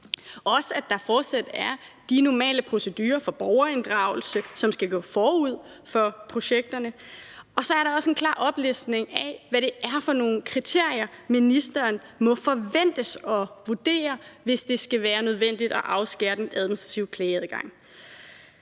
og at der fortsat er de normale procedurer for borgerinddragelse, som skal gå forud for projekterne. Der er så også en klar oplistning af, hvilke kriterier ministeren må forventes at vurdere det efter, hvis det skal være nødvendigt at afskære den administrative klageadgang.